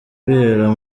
bibera